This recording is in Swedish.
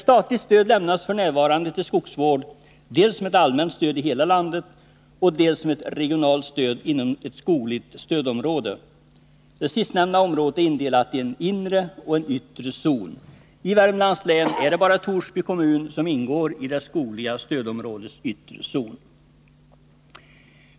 Statligt stöd lämnas f. n. till skogsvård, dels som ett allmänt stöd i hela landet, dels som ett regionalt stöd inom ett skogligt stödområde. Sistnämnda område är indelat i en inre och en yttre zon. I Värmlands län är det bara Torsby kommun som ingår i det skogliga stödområdets yttre zon.